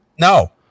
No